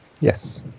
Yes